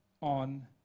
on